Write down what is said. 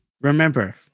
Remember